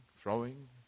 throwing